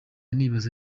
nibaza